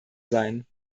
seien